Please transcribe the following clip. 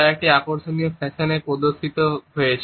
তা একটি আকর্ষণীয় ফ্যাশনে প্রদর্শিত হয়েছে